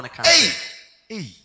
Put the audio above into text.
Hey